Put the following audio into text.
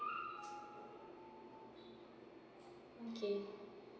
okay